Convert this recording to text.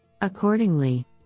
Accordingly